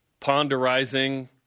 ponderizing